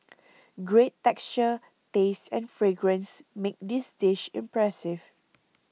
great texture taste and fragrance make this dish impressive